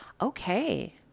okay